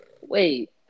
Wait